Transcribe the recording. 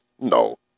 No